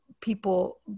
people